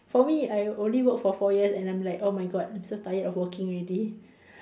for me I only work for four years and I'm like oh my god I'm so tired of working already